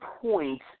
point